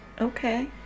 Okay